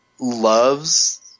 loves